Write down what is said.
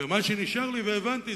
ומה שנשאר לי והבנתי,